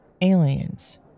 aliens